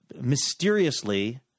mysteriously